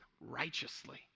righteously